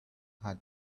had